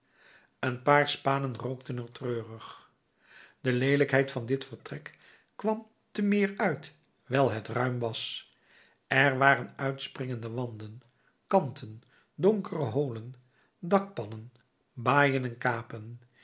een paar spanen rookten er treurig de leelijkheid van dit vertrek kwam te meer uit wijl het ruim was er waren uitspringende wanden kanten donkere holen dakpannen baaien en kapen